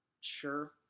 sure